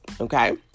okay